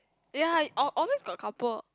ya always~ always got couple